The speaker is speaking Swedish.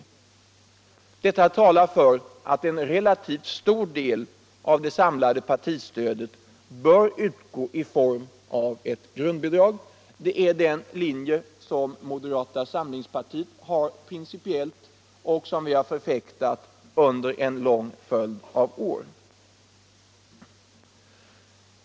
Detta talar för att en relativt stor del av det samlade partistödet bör utgå i form av ett grundbidrag. Det är moderata samlingspartiets principiella linje, som vi har förfäktat under en följd av år.